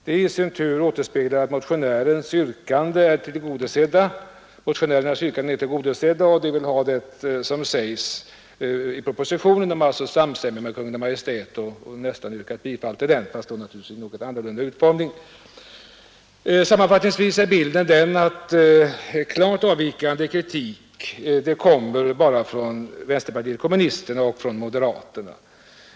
Det i sin tur återspeglar att motionärerna har blivit tillgodosedda — de är nästan samstämmiga med Kungl. Maj:t och har så gott som yrkat bifall till propositionen, fastän i något annan utformning. Sammanfattningsvis är bilden sådan att klart avvikande kritik kommer bara från vänsterpartiet kommunisterna och från moderaterna.